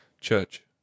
CHURCH